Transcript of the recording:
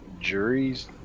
juries